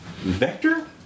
Vector